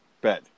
bed